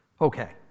Okay